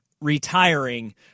retiring